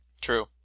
True